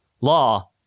law